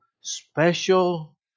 special